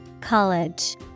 College